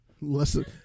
Listen